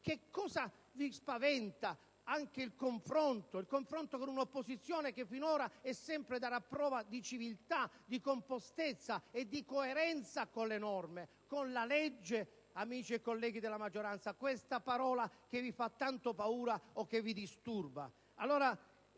cosa vi spaventa? Anche il confronto con un'opposizione che finora ha dato e darà sempre prova di civiltà, di compostezza e di coerenza con le norme, la legge (amici e colleghi della maggioranza:,questa parola che vi fa tanta paura e vi disturba)?